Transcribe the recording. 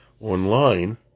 online